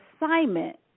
assignment